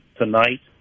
tonight